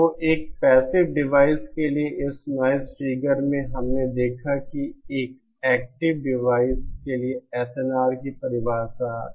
तो एक passive device के लिए इस नॉइज़ फिगर में से एक हमने देखा कि एक एक्टिव डिवाइस के लिए SNR की परिभाषा क्या है